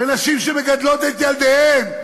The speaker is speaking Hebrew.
בנשים שמגדלות את ילדיהן,